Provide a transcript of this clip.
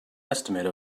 estimate